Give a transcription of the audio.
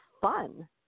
fun